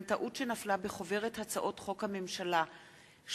טעות שנפלה בחוברת הצעות חוק הממשלה 702,